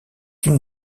une